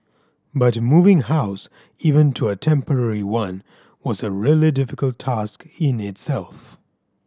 but moving house even to a temporary one was a really difficult task in itself